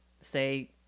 say